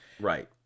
Right